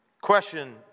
Question